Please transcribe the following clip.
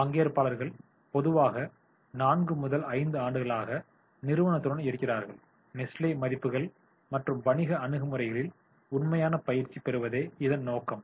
பங்கேற்பாளர்கள் பொதுவாக 4 முதல் 5 ஆண்டுகளாக நிறுவனத்துடன் இருக்கிறார்கள் நெஸ்லே மதிப்புகள் மற்றும் வணிக அணுகுமுறைகளின் உண்மையான பயிற்சி பெறுவதே இதன் நோக்கம்